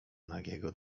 nagiego